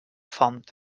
font